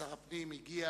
שר הפנים, הגיע